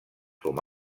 com